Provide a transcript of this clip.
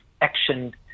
action